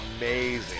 amazing